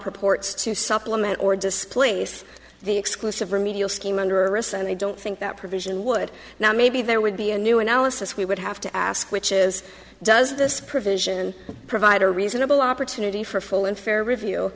purports to supplement or displace the exclusive remedial scheme under wrists and i don't think that provision would now maybe there would be a new analysis we would have to ask which is does this provision provide a reasonable opportunity for a full and fair review